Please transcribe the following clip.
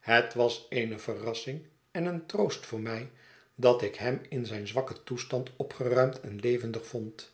het was eene verrassing en een troost voor mij dat ik hem in zijn zwakken toestand opgeruimd en levendig vond